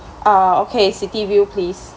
ah okay city view please